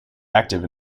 active